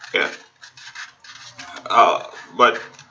ya uh but